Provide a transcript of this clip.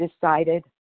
decided